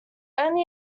only